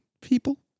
people